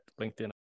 LinkedIn